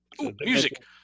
Music